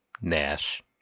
Nash